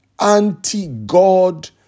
anti-God